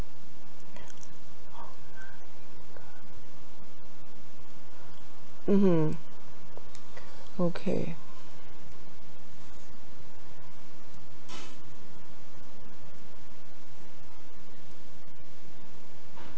mmhmm okay